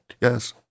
yes